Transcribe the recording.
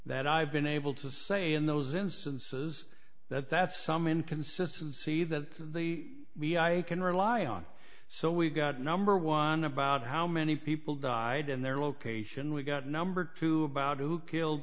that i've been able to say in those instances that that's some inconsistency that the we i can rely on so we've got number one about how many people died and their location we got number two about who killed